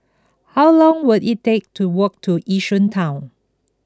how long will it take to walk to Yishun Town